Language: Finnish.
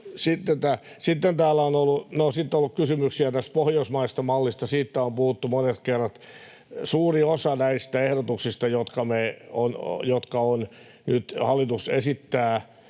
Sitten on ollut kysymyksiä pohjoismaisesta mallista: Siitä on puhuttu monet kerrat. Suuri osa näistä ehdotuksista, joita hallitus esittää,